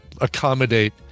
accommodate